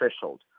threshold